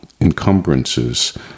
encumbrances